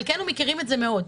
חלקנו מכירים את זה מאוד.